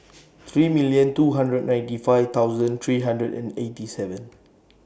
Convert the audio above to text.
three million two hundred ninety five thousand three hundred and eighty seven